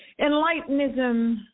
Enlightenism